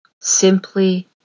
simply